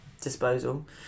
disposal